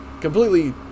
completely